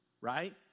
right